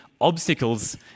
obstacles